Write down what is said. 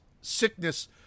sickness